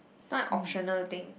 is not a optional thing